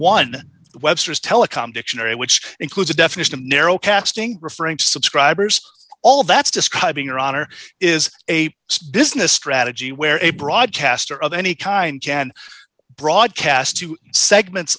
one webster's telecom dictionary which includes a definition of narrow casting referring to subscribers all that's describing your honor is a business strategy where a broadcaster of any kind jan broadcast two segments